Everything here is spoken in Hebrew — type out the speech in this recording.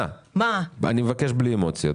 אני מבקש בלי אמוציות.